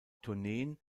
tourneen